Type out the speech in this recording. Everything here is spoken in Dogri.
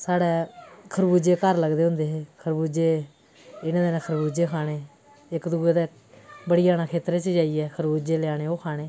साढ़े खरबूजे घर लगदे होंदे हे खरबूजे इ'नें दिनें खरबूजे खाने इक दूए दे बड़ी जाना खेतरें च जाइयै खरबूजे लेहाने ओह् खाने